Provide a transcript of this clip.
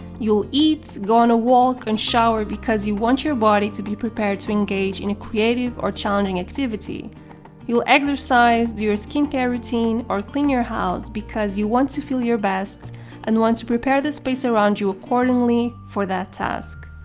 you'll eat, go on a walk and shower because you want your body to be prepared to engage in a creative or challenging activity you'll exercise, do your skincare routine or clean your house because you want to feel your best and want to prepare the space around you accordingly for that task.